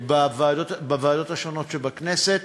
בוועדות השונות שבכנסת.